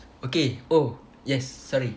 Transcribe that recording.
okay oh yes sorry